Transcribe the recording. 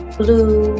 blue